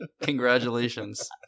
congratulations